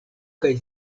kaj